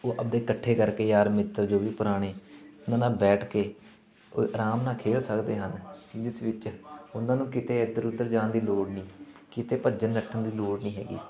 ਉਹ ਆਪਦੇ ਇਕੱਠੇ ਕਰਕੇ ਯਾਰ ਮਿੱਤਰ ਜੋ ਵੀ ਪੁਰਾਣੇ ਉਹਨਾਂ ਨਾਲ ਬੈਠ ਕੇ ਉਹ ਆਰਾਮ ਨਾਲ ਖੇਡ ਸਕਦੇ ਹਨ ਜਿਸ ਵਿੱਚ ਉਹਨਾਂ ਨੂੰ ਕਿਤੇ ਇੱਧਰ ਉੱਧਰ ਜਾਣ ਦੀ ਲੋੜ ਨਹੀਂ ਕਿਤੇ ਭੱਜਣ ਨੱਠਣ ਦੀ ਲੋੜ ਨਹੀਂ ਹੈਗੀ